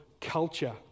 culture